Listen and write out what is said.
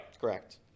Correct